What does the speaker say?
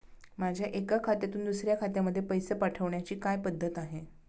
माझ्या एका खात्यातून दुसऱ्या खात्यामध्ये पैसे पाठवण्याची काय पद्धत आहे?